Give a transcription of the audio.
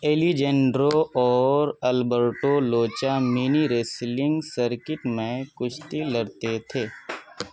Alejandro اور Alberto Lucha mini wrestling circuit میں کشتی لڑتے تھے